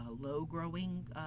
low-growing